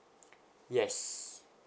yes